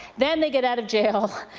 then they get out of jail.